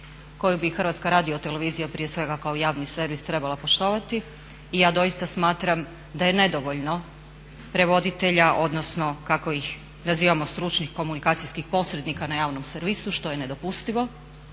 koju bi Hrvatska radiotelevizija prije svega kao javni servis trebala poštovati. I ja doista smatram da je nedovoljno prevoditelja, odnosno kako ih nazivamo stručnih komunikacijskih posrednika na javnom servisu što je nedopustivo.